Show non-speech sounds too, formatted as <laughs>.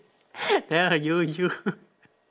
<laughs> ya you you